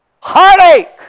Heartache